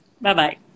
Bye-bye